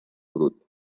brut